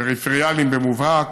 פריפריאליים במובהק,